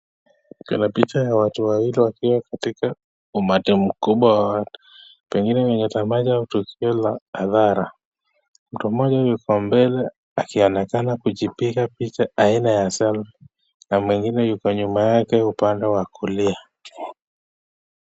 Kuna picha ya watu wawili wakiwa katika wa umati kubwa wa watu au tukio la adhara, mtu Moja Yuko mbele akionekana kujipika picha aina ya selfi na mwingine Yuko nyuma yake upande wa kulia.